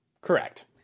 Correct